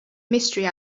mystery